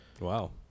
Wow